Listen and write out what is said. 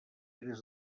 des